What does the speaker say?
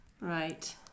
Right